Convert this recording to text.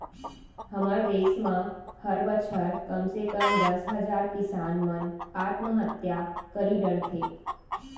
हमर देस म हर बछर कम से कम दस हजार किसान मन आत्महत्या करी डरथे